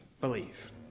believe